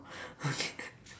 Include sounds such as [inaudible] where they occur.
okay [laughs]